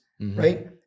Right